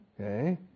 Okay